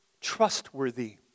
Trustworthy